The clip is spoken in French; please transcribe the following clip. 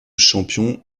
champion